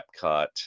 Epcot